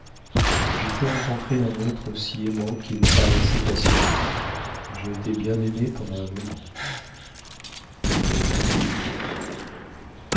j'ai cru rencontrer un être aussi aimant qu'il paraissait passionné j'ai été bien aimée pendant un moment elle fit une pause